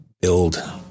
build